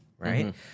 right